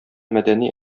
мәдәни